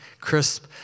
crisp